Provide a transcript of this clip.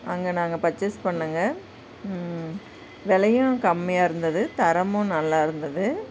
அங்கே நாங்கள் பர்சேஸ் பண்ணோங்க விலையும் கம்மியாகருந்துது தரமும் நல்லாயிருந்தது